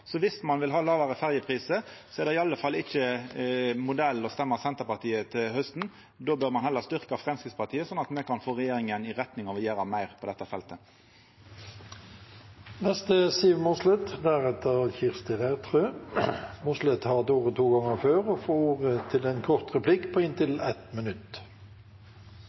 ein vil ha lågare ferjeprisar, er det i alle fall ikkje modellen å røysta Senterpartiet til hausten. Då bør ein heller styrkja Framstegspartiet, sånn at me kan få regjeringa i retning av å gjera meir på dette feltet. Representanten Siv Mossleth har hatt ordet to ganger tidligere og får ordet til en kort merknad, begrenset til 1 minutt.